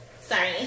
Sorry